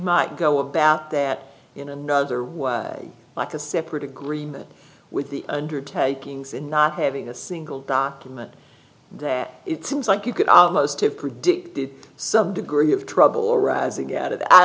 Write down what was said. might go about that in another way like a separate agreement with the undertakings and not having a single document that it seems like you could almost have predicted some degree of trouble arising